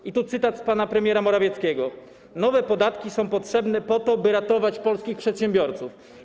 I tu cytat z pana premiera Morawieckiego: Nowe podatki są potrzebne po to, by ratować polskich przedsiębiorców.